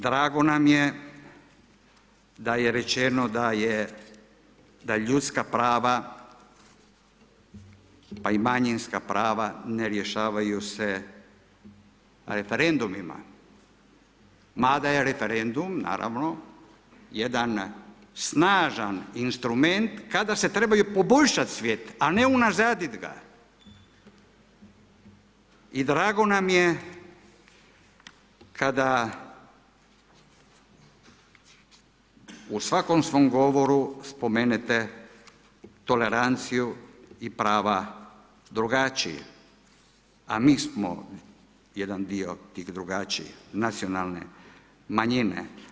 Drago nam je da je rečeno da ljudska prava pa i manjinska prava ne rješavaju na referendumima mada je referendum naravno, jedan snažan instrument kada se treba poboljšati svijet a ne unazaditi ga i drago nam je kada u svakom svom govoru spomenete toleranciju i prava drugačiji, a mi smo jedan dio tih drugačiji, nacionalne manjine.